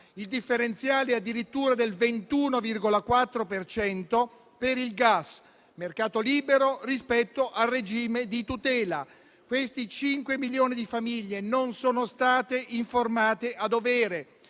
Il differenziale è addirittura del 21,4 per cento per il gas (mercato libero rispetto al regime di tutela). Questi 5 milioni di famiglie non sono state informate a dovere,